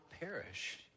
perish